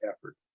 effort